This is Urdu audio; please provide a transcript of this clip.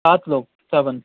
سات لوگ سیون